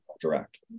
direct